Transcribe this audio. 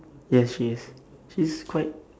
yes she is she's quite